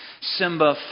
Simba